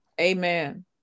Amen